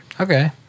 Okay